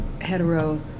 hetero